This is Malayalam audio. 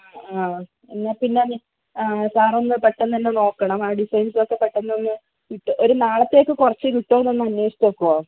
ആ ആ എന്നാൽ പിന്നെ അത് സാർ ഒന്ന് പെട്ടെന്നുതന്നെ നോക്കണം ആ ഡിസൈൻസ് ഒക്കെ പെട്ടെന്ന് ഒന്ന് ഇട്ട് ഒരു നാളത്തേക്ക് കുറച്ച് കിട്ടുവോ എന്ന് ഒന്ന് അന്വേഷിച്ച് നോക്കുവോ